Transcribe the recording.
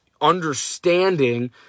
understanding